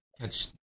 catch